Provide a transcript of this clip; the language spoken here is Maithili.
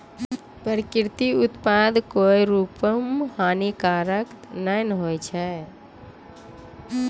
प्राकृतिक उत्पाद कोय रूप म हानिकारक नै होय छै